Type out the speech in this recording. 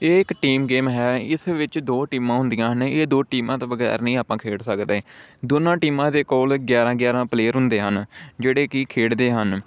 ਇਹ ਇੱਕ team game ਹੈ ਇਸ ਵਿੱਚ ਦੋ ਟੀਮਾਂ ਹੁੰਦੀਆਂ ਹਨ ਇਹ ਦੋ ਟੀਮਾਂ ਤੋਂ ਬਗੈਰ ਨਹੀਂ ਆਪਾਂ ਖੇਡ ਸਕਦੇ ਦੋਨਾਂ ਟੀਮਾਂ ਦੇ ਕੋਲ ਗਿਆਰ੍ਹਾਂ ਗਿਆਰ੍ਹਾਂ ਪਲੇਅਰ ਹੁੰਦੇ ਹਨ ਜਿਹੜੇ ਕਿ ਖੇਡਦੇ ਹਨ